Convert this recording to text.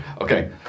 okay